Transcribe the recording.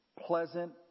pleasant